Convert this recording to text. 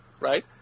right